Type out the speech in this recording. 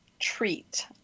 treat